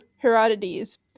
Herodotus